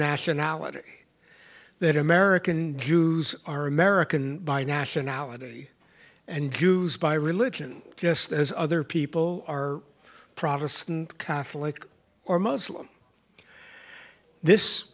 nationality that american jews are american by nationality and used by religion just as other people are protestant catholic or muslim this